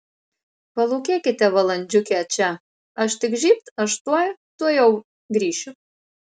palūkėkite valandžiukę čia aš tik žybt aš tuoj tuojau grįšiu